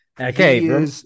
okay